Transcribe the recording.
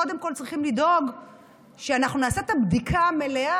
קודם כול צריכים לדאוג שאנחנו נעשה את הבדיקה המלאה